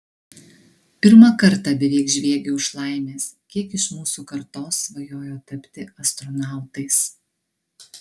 pirmą kartą beveik žviegiau iš laimės kiek iš mūsų kartos svajojo tapti astronautais